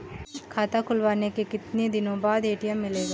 खाता खुलवाने के कितनी दिनो बाद ए.टी.एम मिलेगा?